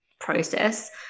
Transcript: process